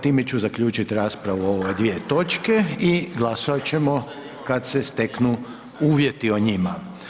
Time ću zaključit raspravu o ove dvije točke i glasovat ćemo kad se steknu uvjeti o njima.